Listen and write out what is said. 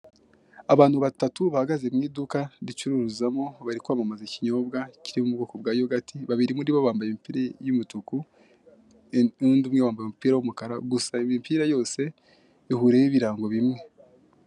Abantu batatu bahagaze mu iduka ricururizwamo bari kwamamaza ikinyobwa kiri mu bwoko bwa yogati babiri muri bo bambaye imipira y'imituku undi umwe yambaye umupira w'umukara gusa imipira yose ihuriyeho ibirango bimwe.